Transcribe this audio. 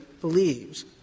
believes